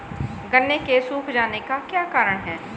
गन्ने के सूख जाने का क्या कारण है?